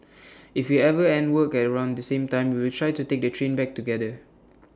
if we ever end work at around the same time we will try to take the train back together